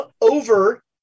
over